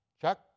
Chuck